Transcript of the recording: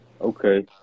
Okay